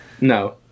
No